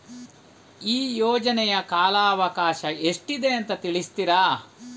ಈ ಯೋಜನೆಯ ಕಾಲವಕಾಶ ಎಷ್ಟಿದೆ ಅಂತ ತಿಳಿಸ್ತೀರಾ?